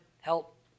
help